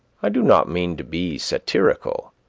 i do not mean to be satirical,